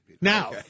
Now